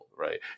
Right